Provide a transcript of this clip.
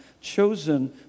Chosen